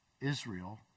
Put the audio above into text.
Israel